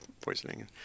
poisoning